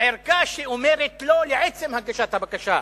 עכשיו ערכה שאומרת לא לעצם הגשת הבקשה.